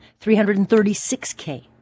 336K